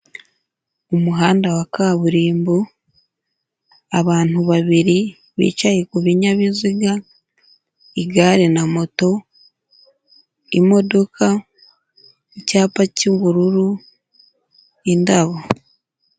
Umuhanda wa kaburimbo abantu babiri bicaye ku binyabiziga, igare na moto, imodoka, icyapa cy'ubururu, indabo.